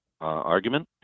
argument